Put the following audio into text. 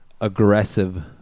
aggressive